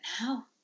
now